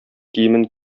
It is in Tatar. киемен